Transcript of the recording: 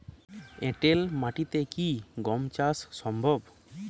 এঁটেল মাটিতে কি গম চাষ সম্ভব?